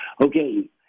Okay